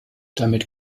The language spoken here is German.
damit